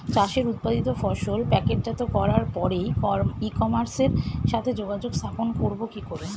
চাষের উৎপাদিত ফসল প্যাকেটজাত করার পরে ই কমার্সের সাথে যোগাযোগ স্থাপন করব কি করে?